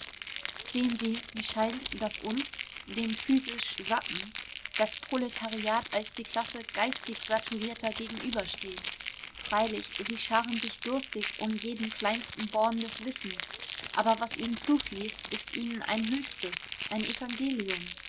sehen sie mir scheint daß uns den physisch satten das proletariat als die klasse geistig saturierter gegenübersteht freilich sie scharen sich durstig um jeden kleinsten born des wissens aber was ihnen zufließt ist ihnen ein höchstes ein evangelium